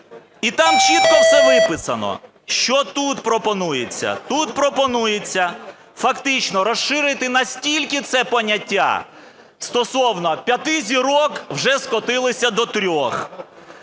І там чітко все виписано. Що тут пропонується? Тут пропонується фактично розширити настільки це поняття: стосовно "п'яти зірок" вже скотилися до "трьох".